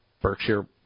Berkshire